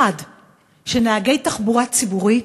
1. שנהגי תחבורה ציבורית